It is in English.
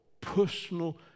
personal